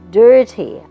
dirty